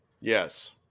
Yes